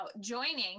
joining